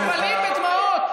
מתמלאים בדמעות.